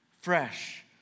fresh